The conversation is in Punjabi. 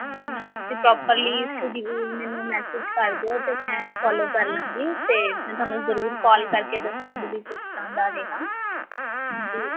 ਹਾਂਜੀ ਮੈਮ ਤੁਸੀਂ ਪ੍ਰੋਪਰਲੀ ਸਟਡੀਓਅਲ ਮੈਨੂੰ ਮੈਸੇਜ ਕਰ ਦਿਓ ਅਤੇ ਮੈਂ ਫੋਲੋ ਕਰ ਲਵਾਂਗੀ ਅਤੇ ਮੈਂ ਤੁਹਾਨੂੰ ਜ਼ਰੂਰ ਕਾਲ ਕਰਕੇ ਦੱਸਾਂਗੀ ਵੀ ਕਿਸ ਤਰ੍ਹਾਂ ਦਾ ਰਿਹਾ ਹਾਂਜੀ